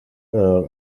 earl